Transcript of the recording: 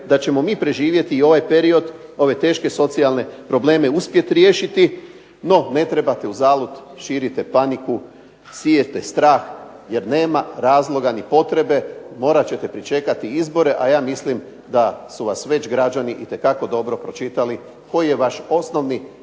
da ćemo mi preživjeti i ovaj period ove teške socijalne probleme uspjeti riješiti. No ne trebate uzalud, širite paniku, sijete strah jer nema razloga ni potrebe. Morat ćete pričekati izbore, a ja mislim da su vas itekako građani dobro pročitali koji je vaš osnovni smisao